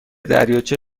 دریاچه